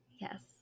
Yes